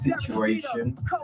situation